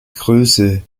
größe